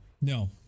No